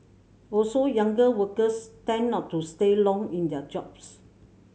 also younger workers tend not to stay long in their jobs